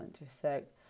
intersect